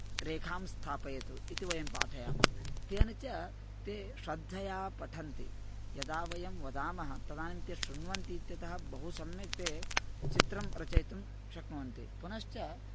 रेखां स्थापयतु इति वयं पाठयामः तेन च ते श्रद्धया पठन्ति यदा वयं वदामः तदानीं ते शृण्वन्ति इत्यतः बहु सम्यक् ते चित्रं रचयितुं शक्नुवन्ति पुनश्च